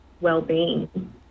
well-being